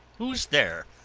who's there,